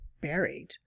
buried